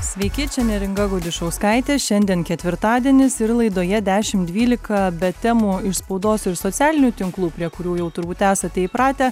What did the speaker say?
sveiki čia neringa gudišauskaitė šiandien ketvirtadienis ir laidoje dešimt dvylika bet temų ir spaudos ir socialinių tinklų prie kurių jau turbūt esate įpratę